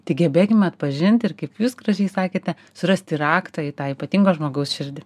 tik gebėkim atpažinti ir kaip jūs gražiai sakėte surasti raktą į tą ypatingo žmogaus širdį